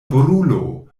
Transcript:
brulo